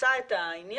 תפסה את העניין,